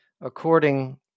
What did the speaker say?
according